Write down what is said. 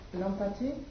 L'empathie